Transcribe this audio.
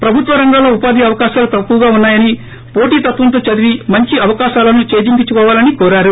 ప్రభుత్వ రంగంలో ఉపాధి అవకాశాలు తక్కువగా ఉన్నా యని పోటీ తత్వంతో చదివి మంచీ అవకాశాలను చేజిక్సించుకోవాలని కోరారు